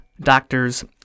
doctor's